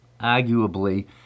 arguably